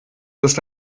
ist